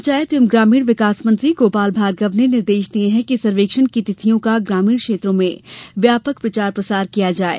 पंचायत एवं ग्रामीण विकास मंत्री गोपाल भार्गव ने निर्देश दिये हैं कि सर्वेक्षण की तिथियों का ग्रामीण क्षेत्रों में व्यापक प्रचार प्रसार किया जाये